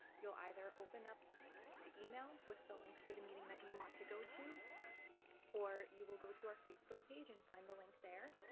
you'll either open up the email with the link for the meeting that you want to go to or you will go to our facebook page and find the link there.